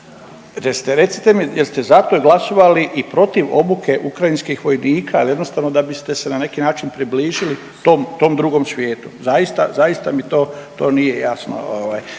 Recite mi jeste zato glasovali i protiv obuke ukrajinskih vojnika jel jednostavno da biste se na neki način približili tom drugom svijetu? Zaista mi to nije jasno.